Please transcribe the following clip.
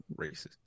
Racist